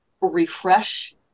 refresh